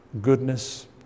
goodness